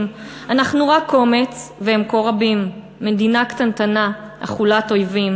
// אנחנו רק קומץ / והם כה רבים / מדינה קטנטנה / אכולת אויבים